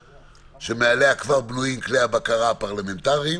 שמעליה כבר בנויים כלי הבקרה הפרלמנטריים